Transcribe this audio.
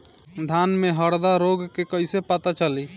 धान में हरदा रोग के कैसे पता चली?